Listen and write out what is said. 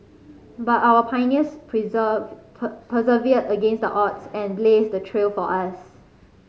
but our pioneers persevered against the odds and blazed the trail for us